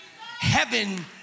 heaven